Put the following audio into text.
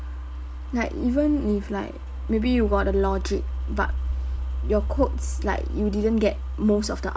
like even if like maybe you got the logic but your codes like you didn't get most of the